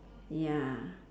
ya